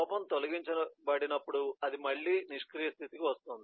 లోపం తొలగించబడినప్పుడు అది మళ్లీ నిష్క్రియ స్థితికి వస్తుంది